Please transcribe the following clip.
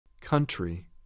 Country